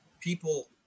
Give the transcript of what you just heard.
People